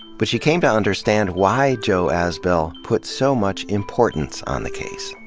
but she came to understand why joe azbell put so much importance on the case.